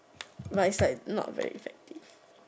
but is like not very effective